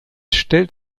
stellt